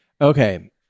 Okay